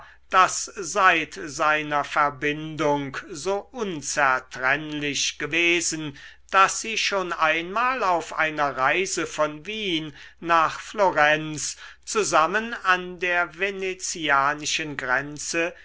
das seit seiner verbindung so unzertrennlich gewesen daß sie schon einmal auf einer reise von wien nach florenz zusammen an der venezianischen grenze